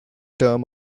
term